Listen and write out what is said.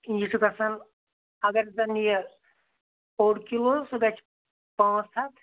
یہِ چھُ گژھان اگر زَن یہِ اوٚڑ کِلوٗ سُہ گَژھِ پانٛژھ ہَتھ